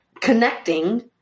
connecting